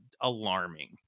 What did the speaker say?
alarming